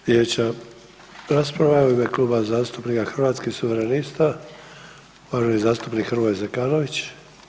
Sljedeća rasprava je u ime Kluba zastupnika Hrvatskih suverenista uvaženi zastupnik Hrvoje Zekanović.